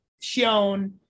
shown